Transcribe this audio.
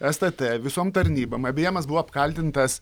stt visom tarnybom aibyemas buvo apkaltintas